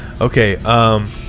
Okay